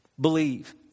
believe